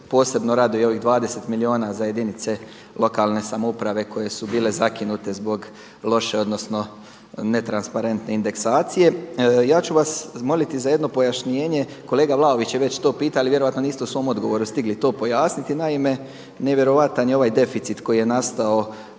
posebno raduju i ovih 20 milijuna za jedinice lokalne samouprave koje su bile zakinute zbog loše, odnosno netransparente indeksacije. Ja ću vas moliti za jedno pojašnjenje, kolega Vlaović je to već pitao ali vjerojatno niste u svom odgovoru stigli to pojasniti. Naime, nevjerojatan je ovaj deficit koji je nastao